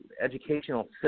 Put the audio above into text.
educational